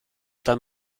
dann